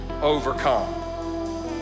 overcome